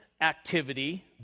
activity